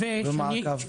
ומעקב.